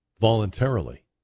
voluntarily